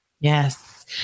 yes